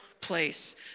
place